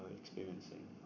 experiencing